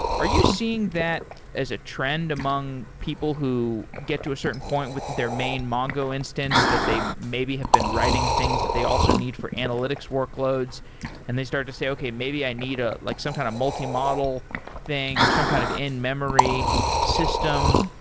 are you seeing that as a trend among people who get to a certain point with their main mongo instance that they maybe have been writing things that they also need for analytics workloads and they started to say, okay. maybe i need ah like some kind of multi-model thing or some kind of in-memory system.